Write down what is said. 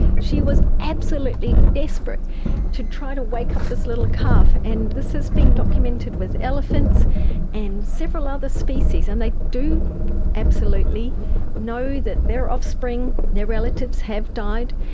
she was absolutely desperate to try to wake up this little calf. and this has been documented with elephants and several other species, and they do absolutely know that their offspring, their relatives have died,